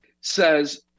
says